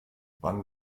wann